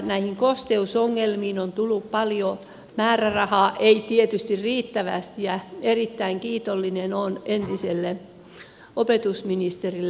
näihin kosteusongelmiin on tullut paljon määrärahaa ei tietysti riittävästi ja erittäin kiitollinen olen entiselle opetusministerille